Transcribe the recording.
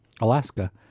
Alaska